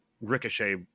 ricochet